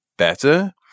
better